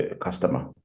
customer